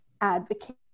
advocate